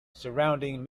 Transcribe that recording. surrounding